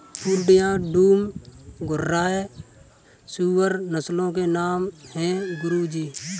पूर्णिया, डूम, घुर्राह सूअर नस्लों के नाम है गुरु जी